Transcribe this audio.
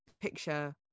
picture